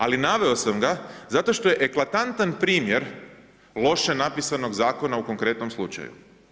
Ali naveo sam ga zato što je eklatantan primjer loše napisanog Zakona u konkretnom slučaju.